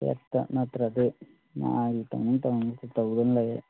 ꯍꯦꯗꯇ ꯅꯠꯇ꯭ꯔꯗꯤ ꯃꯥꯒꯤ ꯇꯧꯅꯤꯡ ꯇꯧꯅꯤꯡꯕꯇ ꯇꯧꯗꯅ ꯂꯩꯔꯦ